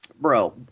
bro